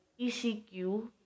ECQ